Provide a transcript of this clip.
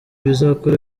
bazakora